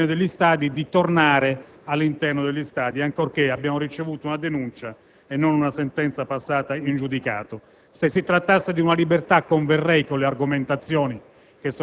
alla luce delle spiegazioni che lì erano state fornite. Abbiamo chiarito che si intende incidere sulle facoltà e non sulle libertà e sui diritti; infatti non stiamo parlando di vietare i